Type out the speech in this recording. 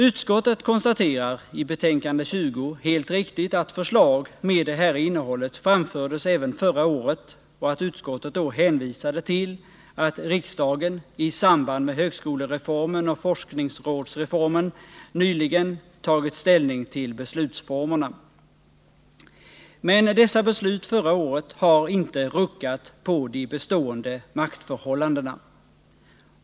Utskottet konstaterar i betänkande nr 20 helt riktigt att förslag med det här innehållet framfördes även förra året och att utskottet då hänvisade till att riksdagen i samband med högskolereformen och forskningsrådsreformen nyligen tagit ställning till beslutsformerna. Men dessa beslut förra året har inte ruckat på de bestående maktförhållandena.